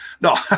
No